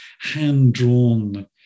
hand-drawn